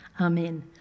Amen